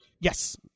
Yes